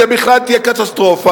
זו בכלל תהיה קטסטרופה,